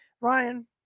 Ryan